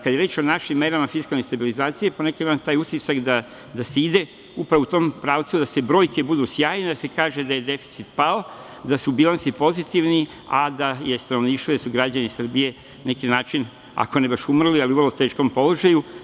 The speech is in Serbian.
Kada je reč o našim merama fiskalne stabilizacije, ponekad imam taj utisak da se ide upravo u tom pravcu da brojke budu sjajne, da se kaže da je deficit pao, da su bilansi pozitivni, a da je stanovništvo i da su građani Srbije na neki način, ako ne baš umrli, ali u vrlo teškom položaju.